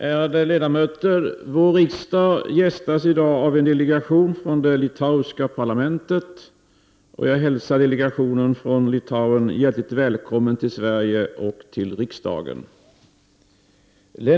Ärade ledamöter! Vår riksdag gästas i dag av en delegation från det litauiska parlamentet. Jag hälsar delegationen från Litauen hjärtligt välkommen till Sverige och till riksdagen.